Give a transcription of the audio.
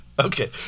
okay